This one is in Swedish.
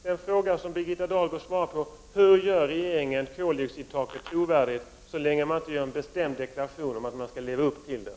Den fråga Birgitta Dahl bör svara på gäller hur regeringen skall kunna göra koldioxidtaket trovärdigt så länge man inte gör en bestämd deklaration om att man skall leva upp till det.